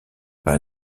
par